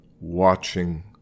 watching